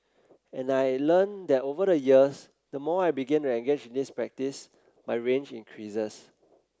and I learnt that over the years the more I begin to engage in this practice my range increases